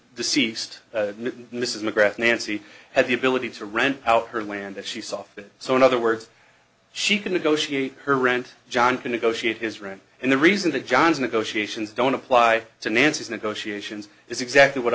ceased in this is mcgrath nancy had the ability to rent out her land that she saw fit so in other words she could negotiate her rent john to negotiate his rent and the reason that john's negotiations don't apply to nancy's negotiations is exactly what